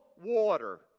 water